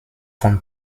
von